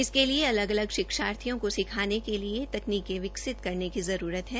इसके लिए अलग अलग शिक्षार्थियों के लिए तकनीकें विकसित करने की जरूरत है